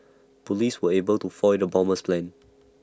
Police were able to foil the bomber's plans